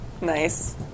Nice